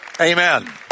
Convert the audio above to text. Amen